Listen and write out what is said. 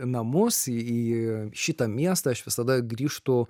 namus į į šitą miestą aš visada grįžtu